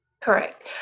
Correct